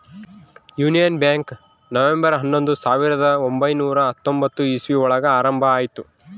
union Bank November ಹನ್ನೊಂದು ಸಾವಿರದ ಒಂಬೈನುರ ಹತ್ತೊಂಬತ್ತು ಇಸ್ವಿ ಒಳಗ ಆರಂಭ ಆಯ್ತು